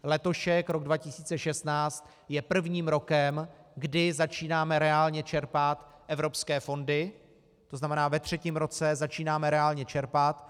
Letošek, rok 2016, je prvním rokem, kdy začínáme reálně čerpat evropské fondy, tzn. ve třetím roce začínáme reálně čerpat.